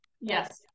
Yes